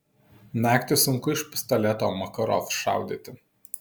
naktį sunku iš pistoleto makarov šaudyti